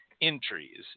entries